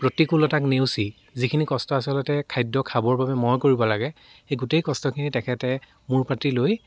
প্ৰতিকূলতাক নেওচি যিখিনি কষ্ট আচলতে খাদ্য় খাবৰ বাবে মই কৰিব লাগে সেই গোটেই কষ্টখিনি তেখেতে মূৰ পাতি লৈ